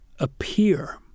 appear